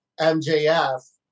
MJF